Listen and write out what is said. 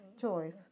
choice